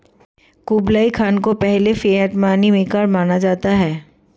Kublai Khan को पहले fiat money maker माना जाता है